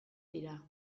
dira